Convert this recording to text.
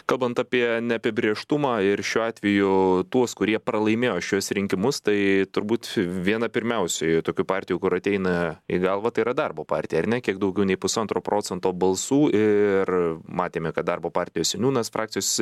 kalbant apie neapibrėžtumą ir šiuo atveju tuos kurie pralaimėjo šiuos rinkimus tai turbūt viena pirmiausiųjų tokių partijų kur ateina į galvą tai yra darbo partija ar ne kiek daugiau nei pusantro procento balsų ir matėme kad darbo partijos seniūnas frakcijos